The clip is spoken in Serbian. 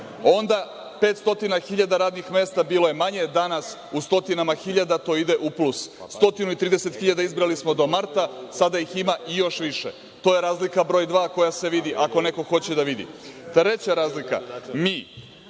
onda 500.000 radnih mesta bilo je manje danas, u stotinama hiljada to ide u plus. Stotinu i trideset hiljada izdvojili smo do marta, sada ih ima i još više. To je razlika broj dva koja se vidi, ako neko hoće da vidi. Treća razlika, mi